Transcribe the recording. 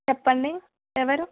చెప్పండి ఎవరు